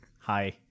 Hi